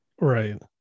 right